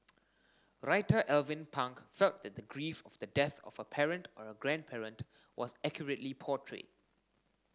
writer Alvin Pang felt that the grief of the death of a parent or a grandparent was accurately portrayed